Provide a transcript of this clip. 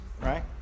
Right